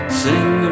sing